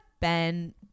Ben